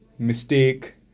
mistake